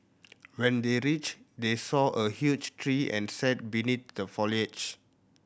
when they reached they saw a huge tree and sat beneath the foliage